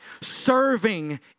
Serving